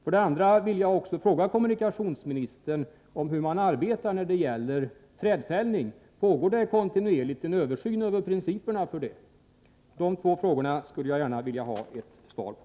Jag vill också fråga kommunikationsministern om hur man arbetar när det gäller trädfällning. Pågår det kontinuerligt en översyn av principerna för detta? Dessa båda frågor skulle jag också gärna vilja ha ett svar på.